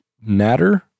Natter